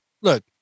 look